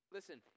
Listen